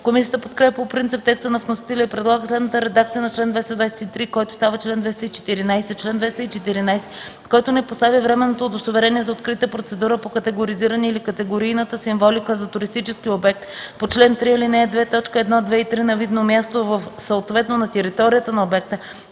Комисията подкрепя по принцип текста на вносителя и предлага следната редакция на чл. 223, който става чл. 214: „Чл. 214. Който не постави временното удостоверение за открита процедура по категоризиране или категорийната символика за туристическия обект по чл. 3, ал. 2, т. 1, 2 и 3 на видно място във, съответно на територията на обекта,